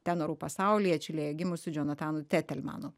tenorų pasaulyje čilėje gimusiu džonatanu tetelmanu